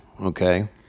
okay